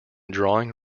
drawing